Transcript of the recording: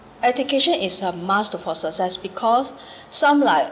education is a must for success because some like